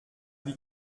wie